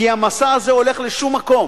כי המסע הזה הולך לשומקום,